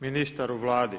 ministar u Vladi.